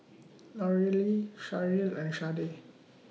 Lorelei Sherrill and Sharde